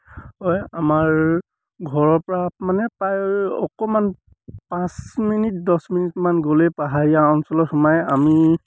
হয় আমাৰ ঘৰৰপৰা মানে প্ৰায় অকণমান পাঁচ মিনিট দছ মিনিটমান গ'লেই পাহাৰীয়া অঞ্চলত সোমায় আমি